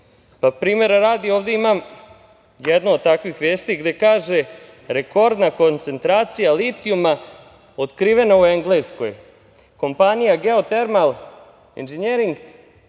Primera radi, ovde imam jednu od takvih vesti, gde kaže: "Rekordna koncentracija litijuma otkrivena u Engleskoj. Kompanija "Geotermal inženjering"